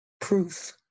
Proof